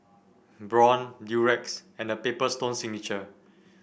Braun Durex and The Paper Stone Signature